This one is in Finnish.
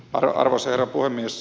arvoisa herra puhemies